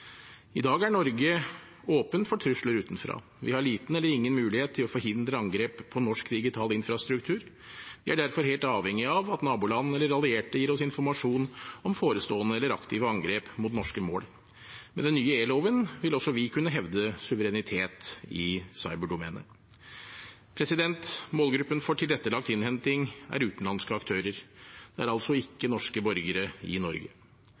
I dag er Norge åpent for trusler utenfra. Vi har liten eller ingen mulighet til å forhindre angrep på norsk digital infrastruktur. Vi er derfor helt avhengig av at naboland eller allierte gir oss informasjon om forestående eller aktive angrep mot norske mål. Med den nye e-loven vil også vi kunne hevde suverenitet i cyberdomenet. Målgruppen for tilrettelagt innhenting er utenlandske aktører, det er altså ikke norske borgere i Norge.